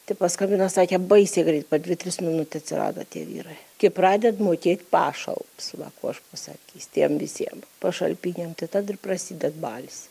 tai paskambino sakė baisiai greit per dvi tris minutes atsirado tie vyrai kai pradeda mokėti pašalpas va ką aš pasakysiu tiem visiem pašalpiniam tada ir prasided balius